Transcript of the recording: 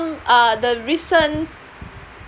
uh the recent